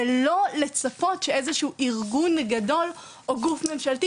ולא לצפות שאיזה שהוא ארגון גדול או גוף ממשלתי,